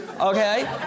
okay